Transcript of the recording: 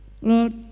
Lord